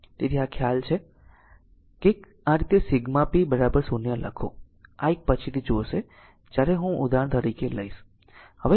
તેથી આ ખ્યાલ છે કે આ રીતે સિગ્મા p 0 લખો આ એક પછીથી જોશે જ્યારે હું ઉદાહરણ તરીકે લઈશ